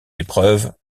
épreuves